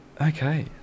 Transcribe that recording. okay